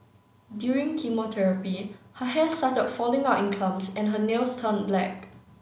during chemotherapy her hair started falling out in clumps and her nails turned black